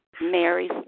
Mary